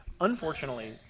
Unfortunately